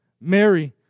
Mary